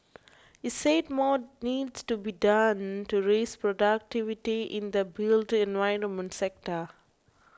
he said more needs to be done to raise productivity in the built environment sector